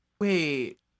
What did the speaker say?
Wait